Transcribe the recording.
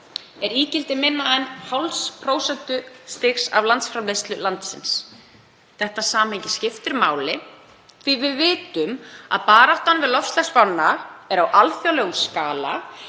er ígildi minna en hálfs prósentustigs af landsframleiðslu landsins. Það samhengi skiptir máli því við vitum að baráttan við loftslagsvána er á alþjóðlegum skala.